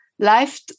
life